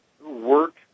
work